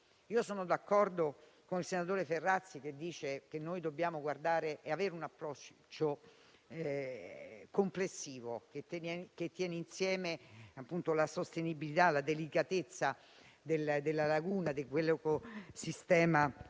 Sono d'accordo con il senatore Ferrazzi quando dice che dobbiamo avere un approccio complessivo che tenga insieme la sostenibilità, la delicatezza della laguna e di quel sistema